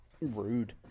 rude